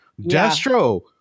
destro